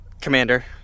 Commander